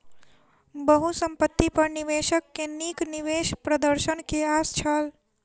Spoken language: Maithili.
बहुसंपत्ति पर निवेशक के नीक निवेश प्रदर्शन के आस छल